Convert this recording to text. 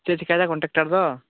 ᱪᱮᱫ ᱮ ᱪᱤᱠᱟᱭᱫᱟ ᱠᱚᱱᱴᱮᱠᱴᱟᱨ ᱫᱚ